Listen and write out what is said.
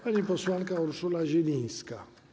Pani posłanka Urszula Zielińska.